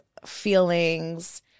Feelings